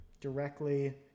directly